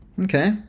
Okay